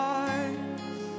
eyes